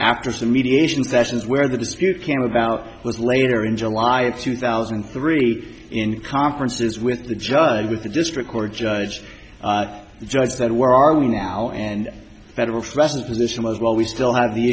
after some mediation sessions where the dispute can move out was later in july of two thousand and three in conferences with the judge with the district court judge the judge said where are we now and federal stresses position as well we still have the